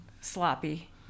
sloppy